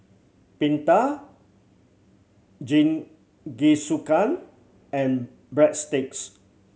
Pita Jingisukan and Breadsticks